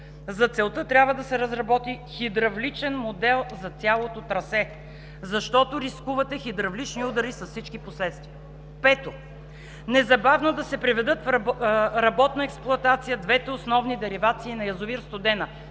За целта трябва да се разработи хидравличен модел за цялото трасе, защото рискувате хидравлични удари с всички последствия. Пето, незабавно да се приведат в работна експлоатация двете основни деривации на язовир „Студена“ –